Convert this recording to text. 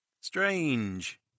Strange